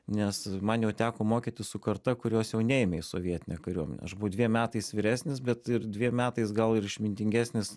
nes man jau teko mokytis su karta kurios jau neėmė į sovietinę kariuomenę aš buvau dviem metais vyresnis bet ir dviem metais gal ir išmintingesnis